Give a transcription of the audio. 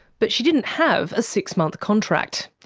but she didn't have a six-month contract.